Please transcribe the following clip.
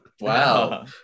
Wow